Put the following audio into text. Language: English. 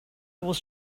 was